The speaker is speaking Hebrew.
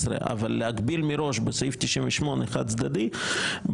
אבל להגביל מראש בסעיף 98 חד צדדית,